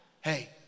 Hey